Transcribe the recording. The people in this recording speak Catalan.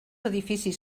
edificis